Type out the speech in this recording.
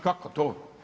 Kako to?